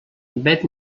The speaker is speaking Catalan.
vet